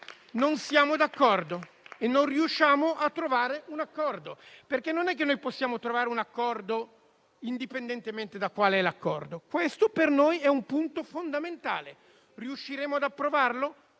non siamo d'accordo e non riusciamo a trovare un accordo, perché non è che possiamo trovare un accordo indipendentemente da quale sia l'accordo; questo per noi è un punto fondamentale. Riusciremo ad approvarlo?